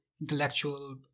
intellectual